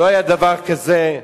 לא היה דבר כזה,